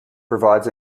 provides